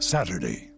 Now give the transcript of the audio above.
Saturday